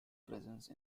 presence